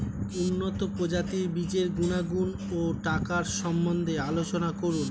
উন্নত প্রজাতির বীজের গুণাগুণ ও টাকার সম্বন্ধে আলোচনা করুন